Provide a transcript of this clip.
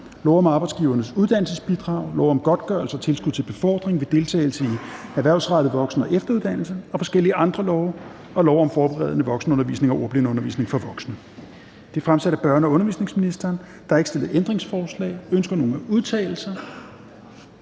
lov om Arbejdsgivernes Uddannelsesbidrag, lov om godtgørelse og tilskud til befordring ved deltagelse i erhvervsrettet voksen- og efteruddannelse og forskellige andre love og lov om forberedende voksenundervisning og ordblindeundervisning for voksne. (Udskydelse af solnedgangsklausuler). Af børne- og undervisningsministeren (Pernille Rosenkrantz-Theil). (Fremsættelse